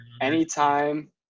anytime